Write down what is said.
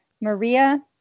Maria